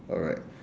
alright